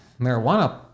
marijuana